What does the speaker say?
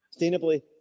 Sustainably